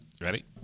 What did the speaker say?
Ready